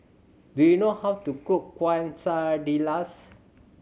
do you know how to cook Quesadillas